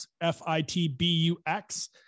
F-I-T-B-U-X